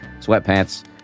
sweatpants